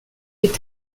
est